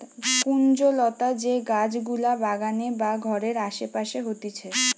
কুঞ্জলতা যে গাছ গুলা বাগানে বা ঘরের আসে পাশে হতিছে